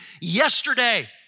yesterday